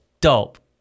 dope